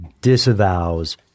disavows